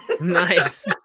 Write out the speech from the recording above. Nice